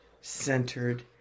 centered